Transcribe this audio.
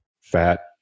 fat